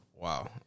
Wow